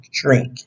drink